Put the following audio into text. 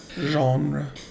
genre